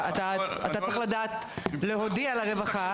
אתה צריך לדעת להודיע לרווחה,